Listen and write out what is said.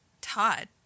Todd